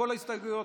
כל ההסתייגויות.